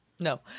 No